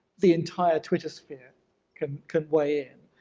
the entire twitter sphere can can weigh in.